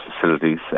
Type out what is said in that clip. facilities